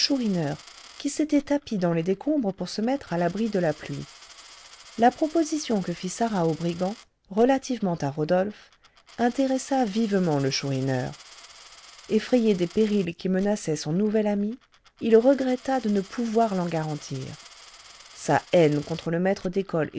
qui s'était tapi dans les décombres pour se mettre à l'abri de la pluie la proposition que fit sarah au brigand relativement à rodolphe intéressa vivement le chourineur effrayé des périls qui menaçaient son nouvel ami il regretta de ne pouvoir l'en garantir sa haine contre le maître d'école